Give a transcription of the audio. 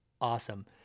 awesome